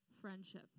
friendship